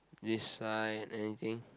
this side anything